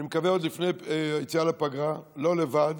אני מקווה עוד לפני היציאה לפגרה, לא לבד,